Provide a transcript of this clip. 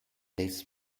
this